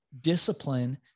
discipline